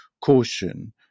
caution